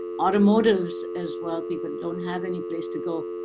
automotives, as well. people don't have any place to go.